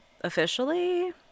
officially